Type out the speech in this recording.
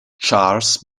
charles